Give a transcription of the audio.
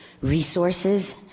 resources